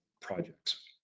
projects